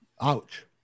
ouch